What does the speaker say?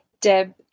Deb